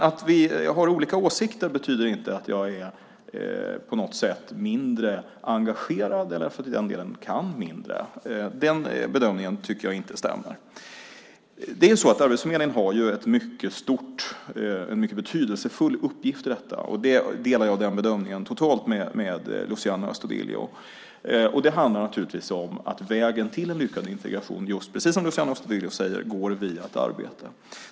Att vi har olika åsikter betyder alltså inte att jag på något sätt är mindre engagerad eller för den delen kan mindre. Den bedömningen tycker jag inte stämmer. Arbetsförmedlingen har en mycket betydelsefull uppgift i detta, och den bedömningen delar jag totalt med Luciano Astudillo. Det handlar naturligtvis om att vägen till en lyckad integration, precis som Luciano Astudillo säger, går via ett arbete.